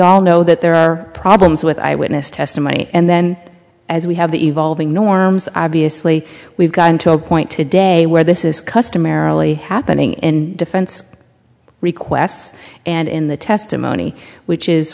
all know that there are problems with eyewitness testimony and then as we have the evolving norms obviously we've gotten to a point today where this is customarily happening in defense requests and in the testimony which is